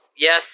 Yes